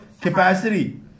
capacity